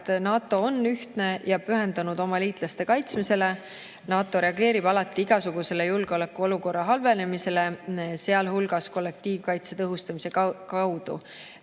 et NATO on ühtne ja pühendunud oma liitlaste kaitsmisele. NATO reageerib alati igasugusele julgeolekuolukorra halvenemisele, sealhulgas kollektiivkaitse tõhustamisega.